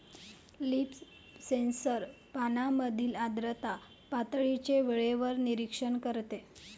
leaf sensor पानांमधील आर्द्रता पातळीचे वेळेवर निरीक्षण करते